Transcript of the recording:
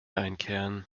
einkehren